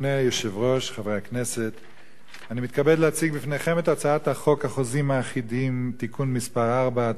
סדר-היום הוא הצעת חוק החוזים האחידים (תיקון מס' 4),